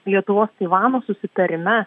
lietuvos taivano susitarime